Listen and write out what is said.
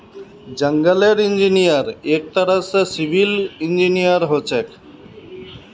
जंगलेर इंजीनियर एक तरह स सिविल इंजीनियर हछेक